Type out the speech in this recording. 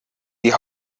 die